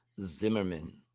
Zimmerman